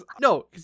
no